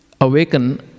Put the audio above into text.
awaken